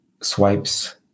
swipes